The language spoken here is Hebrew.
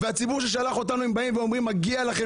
והציבור ששלח אותנו אומר שמגיע לנו,